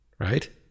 right